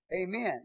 Amen